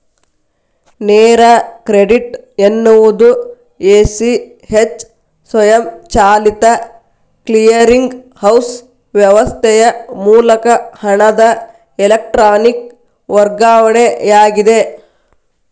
ನೇರ ಕ್ರೆಡಿಟ್ ಎನ್ನುವುದು A, C, H ಸ್ವಯಂಚಾಲಿತ ಕ್ಲಿಯರಿಂಗ್ ಹೌಸ್ ವ್ಯವಸ್ಥೆಯ ಮೂಲಕ ಹಣದ ಎಲೆಕ್ಟ್ರಾನಿಕ್ ವರ್ಗಾವಣೆಯಾಗಿದೆ